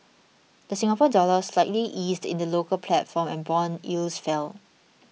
the Singapore Dollar slightly eased in the local platform and bond yields fell